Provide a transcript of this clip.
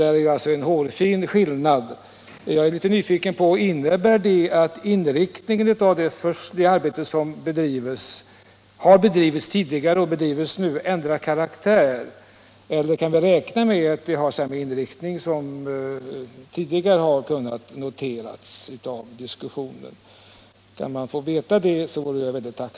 Det är alltså en hårfin skillnad, men jag vore tacksam att få veta, om det innebär att inriktningen av det arbete som har bedrivits tidigare och som bedrivs nu ändrat karaktär, eller om vi kan räkna med att arbetet har samma inriktning som tidigare.